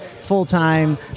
full-time